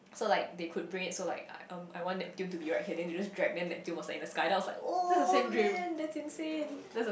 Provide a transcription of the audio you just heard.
so like they could bring it so like um I want Neptune to be right here then they just drag then Neptune was in the sky then I was like oh man that's insane